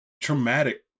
traumatic